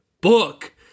book